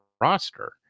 roster